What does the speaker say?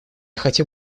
хотел